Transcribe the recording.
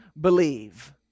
believe